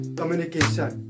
communication